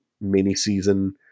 mini-season